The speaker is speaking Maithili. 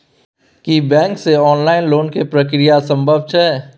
की बैंक से ऑनलाइन लोन के प्रक्रिया संभव छै?